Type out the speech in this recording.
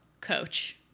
Coach